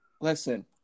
Listen